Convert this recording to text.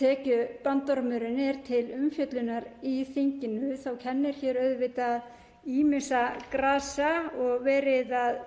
tekjubandormurinn er til umfjöllunar í þinginu þá kennir hér auðvitað ýmissa grasa og verið að